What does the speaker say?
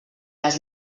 les